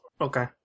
Okay